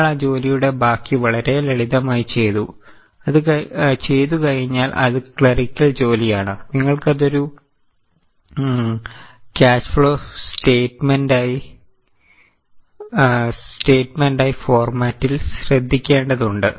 നിങ്ങൾ ആ ജോലിയുടെ ബാക്കി വളരെ ലളിതമായി ചെയ്തു കഴിഞ്ഞാൽ അത് ക്ലറിക്കൽ ജോലിയാണ് നിങ്ങൾക്കത് ഒരു ക്യാഷ് ഫ്ലോ സ്റ്റയ്റ്റ്മെൻറ്റായി ഫോർമാറ്റിൽ ശ്രദ്ധിക്കേണ്ടതുണ്ട്